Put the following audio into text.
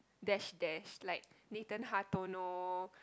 dash dash like Nathan-Hartono